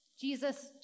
Jesus